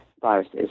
viruses